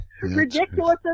ridiculous